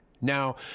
Now